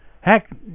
heck